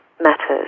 matters